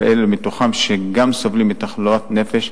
ולאלה מתוכם שגם סובלים מתחלואת נפש,